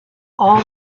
all